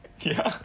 ya